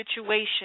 situation